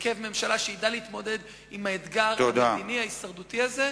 להרכב ממשלה שידע להתמודד עם האתגר הפנימי ההישרדותי הזה,